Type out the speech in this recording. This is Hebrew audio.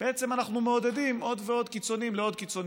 בעצם אנחנו מעודדים עוד ועוד קיצוניים לעוד ועוד קיצוניות,